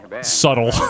subtle